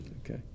okay